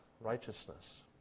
righteousness